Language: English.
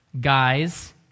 guys